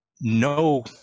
No